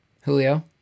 Julio